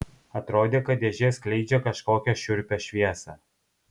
atrodė kad dėžė skleidžia kažkokią šiurpią šviesą